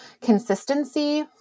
consistency